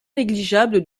négligeable